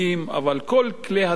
אבל כל כלי התקשורת,